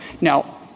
Now